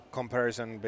comparison